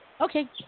Okay